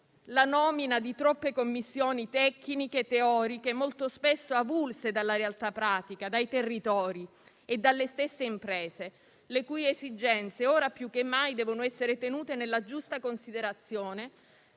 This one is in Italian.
la nomina di troppe commissioni tecniche e teoriche, molto spesso avulse dalla realtà pratica, dai territori e dalle stesse imprese, le cui esigenze, ora più che mai, devono essere tenute nella giusta considerazione